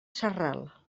sarral